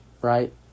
right